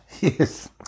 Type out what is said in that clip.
Yes